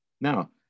Now